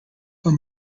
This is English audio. but